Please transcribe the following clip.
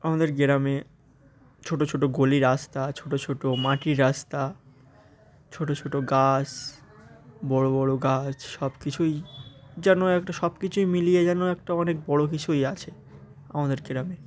আমাদের গ্রামে ছোট ছোট গলি রাস্তা ছোট ছোট মাটির রাস্তা ছোট ছোট গাছ বড় বড় গাছ সব কিছুই যেন একটা সব কিছুই মিলিয়ে যেন একটা অনেক বড় কিছুই আছে আমাদের গ্রামে